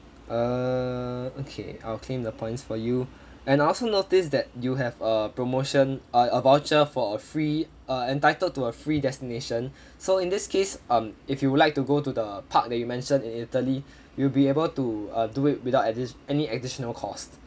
err okay I'll claim the points for you and I also noticed that you have a promotion uh a voucher for a free uh entitled to a free destination so in this case um if you would like to go to the park that you mentioned in italy you'll be able to uh do it without addi~ any additional cost